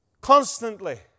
Constantly